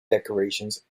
decorations